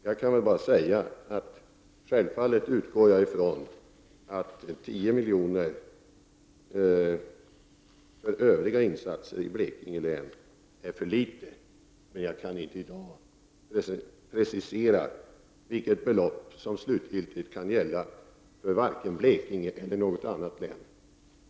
Jag vill bara säga att jag självfallet utgår ifrån att 10 milj.kr. för övriga insatser i Blekinge län är för litet, men jag kan inte i dag precisera vilket belopp som slutligen kan gälla vare sig för Blekinge eller för något annat län.